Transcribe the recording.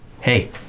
Hey